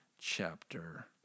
chapter